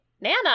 Nana